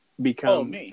become